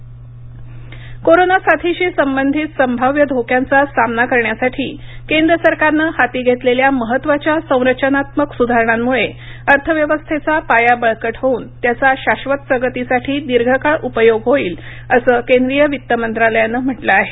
वित्त मंत्रालय कोरोना साथीशी संबंधित संभाव्य धोक्यांचा सामना करण्यासाठी केंद्र सरकारनं हाती घेतलेल्या महत्त्वाच्या संरचनात्मक सुधारणांमुळे अर्थव्यवस्थेचा पाया बळकट होऊन त्याचा शाश्वत प्रगतीसाठी दीर्घकाळ उपयोग होईल असं केंद्रीय वित्त मंत्रालयानं म्हटलं आहे